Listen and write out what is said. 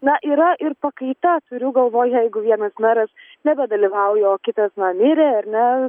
na yra ir pakaita turiu galvoj jeigu vienas meras nebedalyvauja o kitas na mirė ar ne